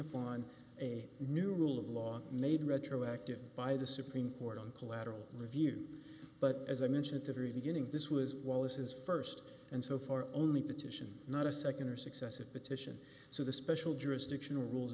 upon a new rule of law made retroactive by the supreme court on collateral review but as i mentioned to very beginning this was wallace's st and so far only petition not a nd or successive petition so the special jurisdictional rules